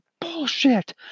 bullshit